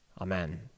Amen